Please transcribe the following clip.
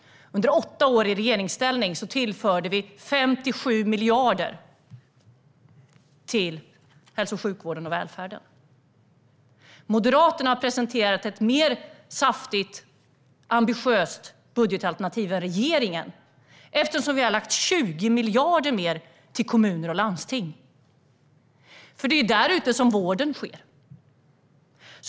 Under åtta år i regeringsställning tillförde vi 57 miljarder till hälso och sjukvården och välfärden. Moderaterna har presenterat ett saftigare och ambitiösare budgetalternativ än regeringen har gjort, eftersom vi har lagt 20 miljarder mer till kommuner och landsting. Det är ju där ute vården sker.